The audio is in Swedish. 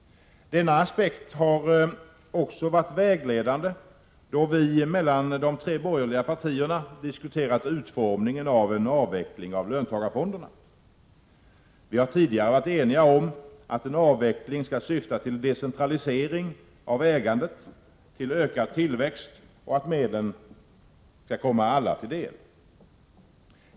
Denna aspekt har också varit vägledande då vi mellan de tre borgerliga partierna diskuterat utformningen av en avveckling av löntagarfonderna. Vi har tidigare varit eniga om att en avveckling skall syfta till decentralisering av ägandet, till ökad tillväxt och att medlen skall komma alla till del.